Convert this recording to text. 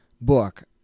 book